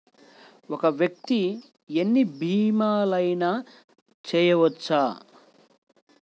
ఒక్క వ్యక్తి ఎన్ని భీమలయినా చేయవచ్చా?